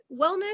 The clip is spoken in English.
wellness